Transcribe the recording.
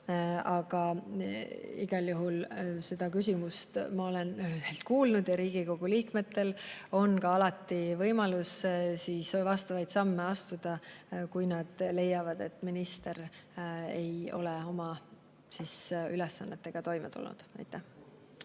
Aga ma olen seda küsimust igal juhul kuulnud ja Riigikogu liikmetel on alati võimalus vastavaid samme astuda, kui nad leiavad, et minister ei ole oma ülesannetega toime tulnud. Tiiu